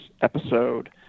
episode